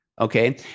Okay